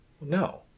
No